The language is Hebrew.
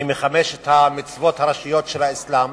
היא מחמש המצוות הראשיות של האסלאם.